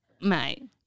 Mate